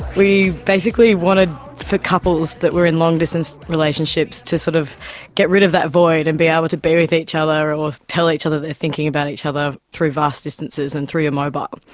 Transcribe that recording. we basically wanted for couples that were in long-distance relationships to sort of get rid of that void and be able to be with each other or tell each other they're thinking about each other through vast distances and through your mobile.